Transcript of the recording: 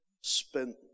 spent